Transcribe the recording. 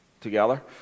together